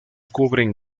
cubren